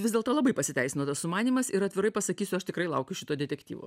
vis dėlto labai pasiteisino tas sumanymas ir atvirai pasakysiu aš tikrai laukiu šito detektyvo